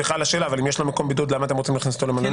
למה אתם רוצים להכניס אותו למלונית?